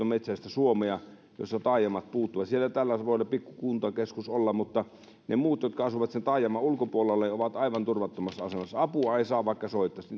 metsäistä suomea josta taajamat puuttuvat siellä täällä voi pikku kuntakeskus olla mutta ne muut jotka asuvat sen taajaman ulkopuolella ovat aivan turvattomassa asemassa apua ei saa vaikka soittaisi